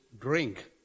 drink